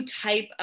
type